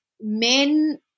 men –